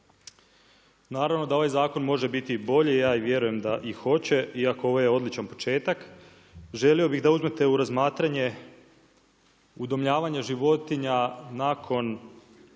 Naravno da ovaj zakon može biti i bolji, ja i vjerujem da i hoće iako ovo je odličan početak. Želio bih da uzmete u razmatranje udomljavanje životinja nakon